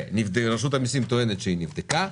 ורשות המיסים טוענת שהיא נבדקה,